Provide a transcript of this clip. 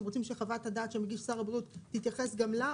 רוצים שחוות הדעת שמגיש שר הבריאות תתייחס גם אליה,